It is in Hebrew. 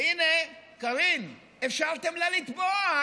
והינה, קארין, אפשרתם לה לטבוע.